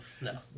No